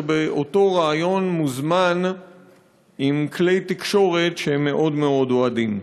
אותו ריאיון מוזמן עם כלי תקשורת שהם מאוד מאוד אוהדים.